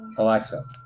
Alexa